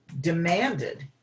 demanded